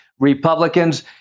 Republicans